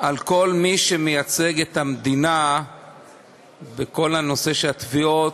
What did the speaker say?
על כל מי שמייצג את המדינה בכל הנושא של התביעות.